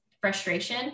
frustration